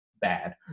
bad